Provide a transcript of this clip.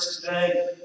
today